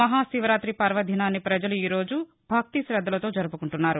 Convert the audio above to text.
మహాశివరాతి పర్వదినాన్ని పజలు ఈరోజు భక్తితద్దలతో జరుపు కుంటున్నారు